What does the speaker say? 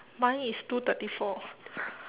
mine is two thirty four